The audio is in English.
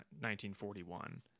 1941